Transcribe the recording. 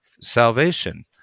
salvation